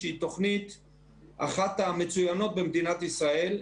שהיא אחת התוכניות המצוינות במדינת ישראל,